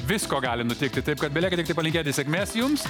visko gali nutikti taip kad belieka tik palinkėti sėkmės jums